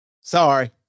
sorry